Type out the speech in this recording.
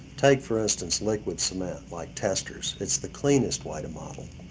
take for instance liquid cement like testor's. it's the cleanest way to model.